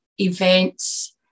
events